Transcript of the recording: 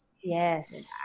Yes